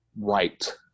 right